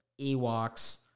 ewoks